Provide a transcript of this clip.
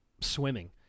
Swimming